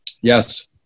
Yes